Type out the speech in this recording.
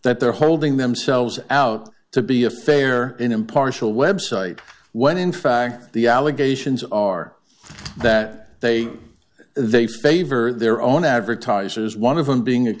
that they're holding themselves out to be a fair and impartial website when in fact the allegations are that they they favor their own advertisers one of them being